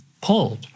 pulled